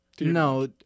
No